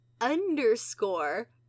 underscore